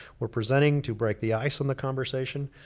we're presenting to break the ice on the conversation.